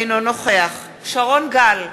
אינו נוכח שרון גל,